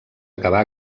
acabar